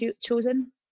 chosen